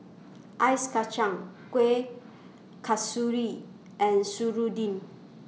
Ice Kachang Kuih Kasturi and Serunding